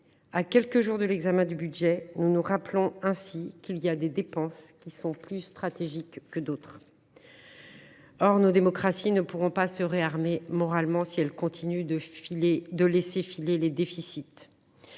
à quelques jours de l’examen du budget, nous nous rappelons ainsi qu’il y a des dépenses plus stratégiques que d’autres. Cependant, nos démocraties ne pourront pas se réarmer moralement si elles continuent de laisser filer les déficits.